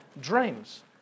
dreams